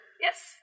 Yes